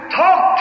talk